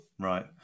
Right